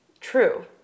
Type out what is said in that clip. true